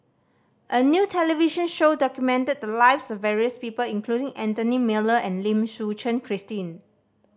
a new television show documented the lives of various people including Anthony Miller and Lim Suchen Christine